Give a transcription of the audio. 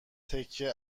تکه